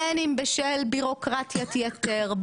בין אם בשל ביורוקרטית יתר,